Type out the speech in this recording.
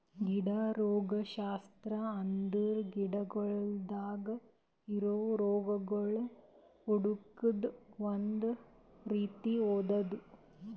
ಗಿಡ ರೋಗಶಾಸ್ತ್ರ ಅಂದುರ್ ಗಿಡಗೊಳ್ದಾಗ್ ಇರವು ರೋಗಗೊಳ್ ಹುಡುಕದ್ ಒಂದ್ ರೀತಿ ಓದದು